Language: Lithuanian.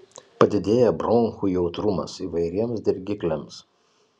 padidėja bronchų jautrumas įvairiems dirgikliams